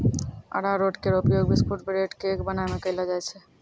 अरारोट केरो उपयोग biscuit, bread, cake बनाय म कयलो जाय छै